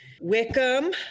Wickham